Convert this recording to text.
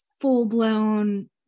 full-blown